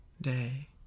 day